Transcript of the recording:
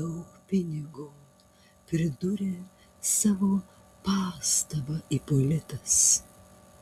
daug pinigo pridūrė savo pastabą ipolitas